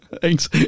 Thanks